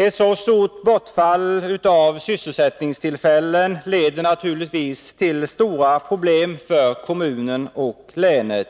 Ett så stort bortfall av sysselsättningstillfällen leder naturligtvis till stora problem för kommunen och länet.